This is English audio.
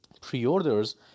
pre-orders